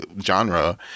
genre